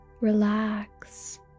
relax